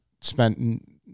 spent